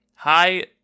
Hi